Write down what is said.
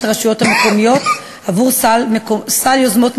לרשויות המקומיות עבור סל יוזמות מקומיות.